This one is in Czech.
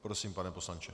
Prosím, pane poslanče.